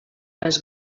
les